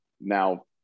now